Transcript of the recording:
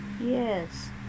Yes